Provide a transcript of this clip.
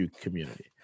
community